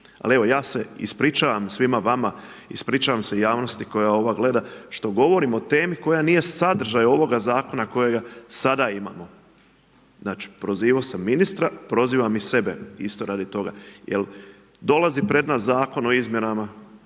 Ali evo, ja se ispričavam svima vama, ispričavam se javnosti koja ovo gleda što govorim o temi koja nije sadržaj ovoga Zakona kojega sada imamo. Znači, prozivao sam ministra, prozivam i sebe isto radi toga. Jer dolazi pred nas Zakon o izmjenama